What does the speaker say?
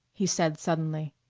he said suddenly.